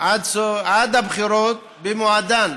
עד הבחירות במועדן?